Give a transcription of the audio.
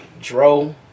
Dro